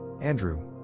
Andrew